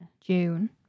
June